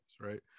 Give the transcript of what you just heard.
Right